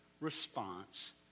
response